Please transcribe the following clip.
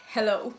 Hello